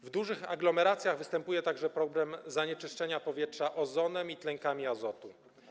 W dużych aglomeracjach występuje także problem zanieczyszczenia powietrza ozonem i tlenkami azotu.